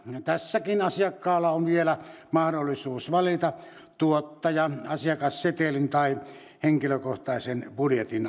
tässäkin asiakkaalla on vielä mahdollisuus valita tuottaja asiakassetelin tai henkilökohtaisen budjetin